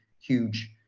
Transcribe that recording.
huge